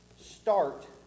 start